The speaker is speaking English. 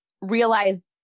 realize